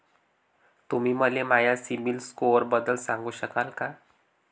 तुम्ही मले माया सीबील स्कोअरबद्दल सांगू शकाल का?